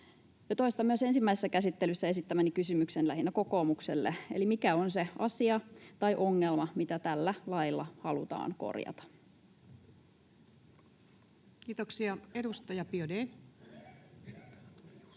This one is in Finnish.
toistan myös ensimmäisessä käsittelyssä esittämäni kysymyksen lähinnä kokoomukselle: eli mikä on se asia tai ongelma, mitä tällä lailla halutaan korjata? [Speech 29] Speaker: